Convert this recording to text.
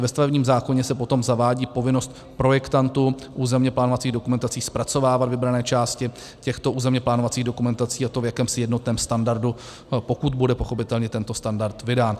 Ve stavebním zákoně se potom zavádí povinnost projektantů územně plánovacích dokumentací zpracovávat vybrané části těchto územně plánovacích dokumentací v jakémsi jednotném standardu, pokud bude pochopitelně tento standard vydán.